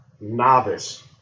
novice